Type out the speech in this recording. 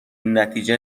نتیجه